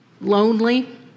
lonely